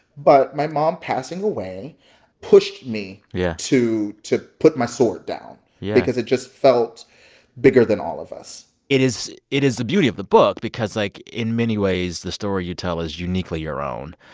but my mom passing away pushed me yeah to to put my sword down because it just felt bigger than all of us it is it is the beauty of the book because, like, in many ways, the story you tell is uniquely your own,